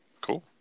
Cool